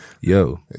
Yo